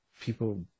people